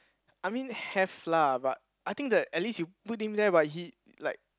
I mean have lah but I think the at least you put him there but he like